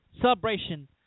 celebration